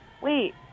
wait